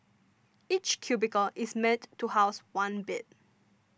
each cubicle is meant to house one bed